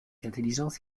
intelligence